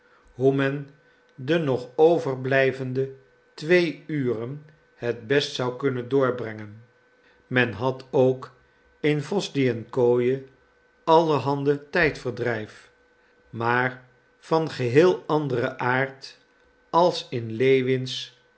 hoe men de nog overblijvende twee uren het best zou kunnen doorbrengen men had ook in wosdwijenskoje allerhande tijdverdrijf maar van geheel anderen aard als in lewins